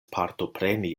partopreni